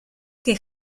que